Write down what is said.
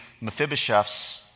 Mephibosheth's